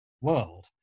world